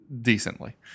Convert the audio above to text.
decently